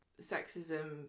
sexism